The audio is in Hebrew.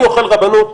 אני אוכל רבנות,